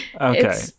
okay